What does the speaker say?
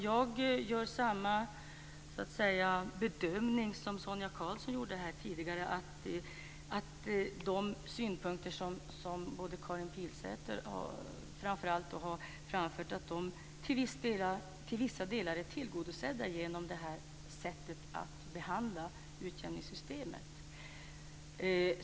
Jag gör samma bedömning som Sonia Karlsson gjorde här tidigare, nämligen att de synpunkter som framför allt Karin Pilsäter har framfört till vissa delar är tillgodosedda genom det här sättet att behandla utjämningssystemet.